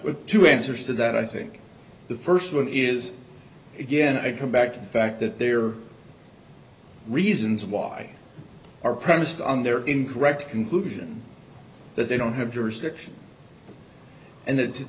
with two answers to that i think the st one is again i come back to the fact that there are reasons why are premised on their incorrect conclusion that they don't have jurisdiction and